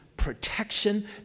Protection